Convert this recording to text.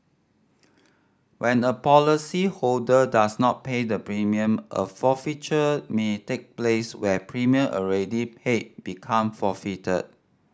when a policyholder does not pay the premium a forfeiture may take place where premium already paid become forfeited